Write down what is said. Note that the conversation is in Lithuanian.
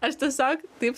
aš tiesiog taip